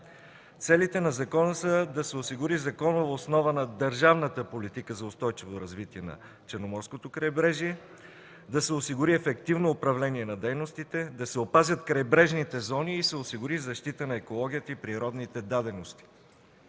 Целите на закона са: да се осигури законова основа на държавната политика за устойчиво развитие на Черноморското крайбрежие, да се осигури ефективно управление на дейностите, да се опазят крайбрежните зони и се осигури защита на екологията и природните дадености.